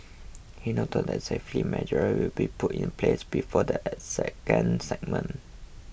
he noted that safety measures will be put in place before the second segment